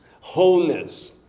wholeness